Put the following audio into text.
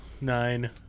Nine